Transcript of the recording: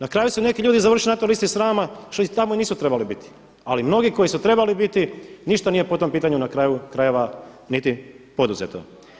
Na kraju su neki ljudi završili na toj listi srama što tamo nisu trebali biti ali mnogi koji su trebali biti ništa nije po tom pitanju na kraju, krajeva niti poduzeto.